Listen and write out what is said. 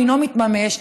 אינו מתממש,